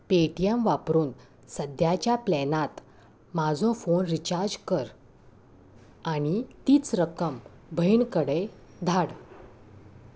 Paytm वापरून सद्याच्या प्लॅनांत म्हजो फोन रिचार्ज कर आनी तीच रक्कम भयणी कडेन धाड